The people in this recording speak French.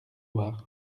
loire